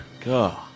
God